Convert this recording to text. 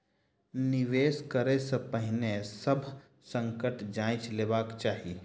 निवेश करै से पहिने सभ संकट जांइच लेबाक चाही